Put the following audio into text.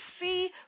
see